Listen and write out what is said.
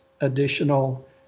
additional